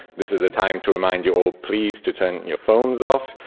this is a time to remind you all, please to turn your phones off.